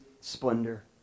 splendor